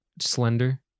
slender